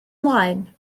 ymlaen